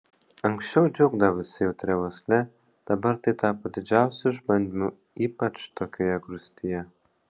anksčiau džiaugdavosi jautria uosle dabar tai tapo didžiausiu išbandymu ypač tokioje grūstyje